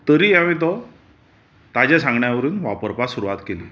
तरी हांवें तो ताज्या सांगण्या वरून वापरपाक सुरवात केली